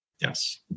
yes